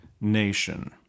nation